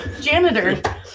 Janitor